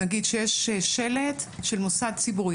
נגיד שיש שלט של מוסד ציבורי,